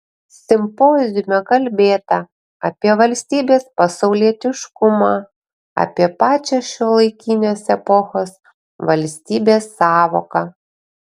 simpoziume kalbėta apie valstybės pasaulietiškumą apie pačią šiuolaikinės epochos valstybės sąvoką